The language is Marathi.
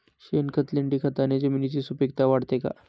शेणखत, लेंडीखताने जमिनीची सुपिकता वाढते का?